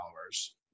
followers